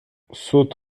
saute